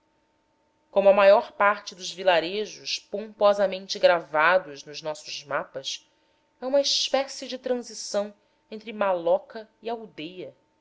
como a maior parte dos vilarejos pomposamente gravados nos nossos mapas é uma espécie de transição entre maloca e aldeia